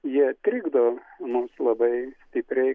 jie trikdo mums labai stipriai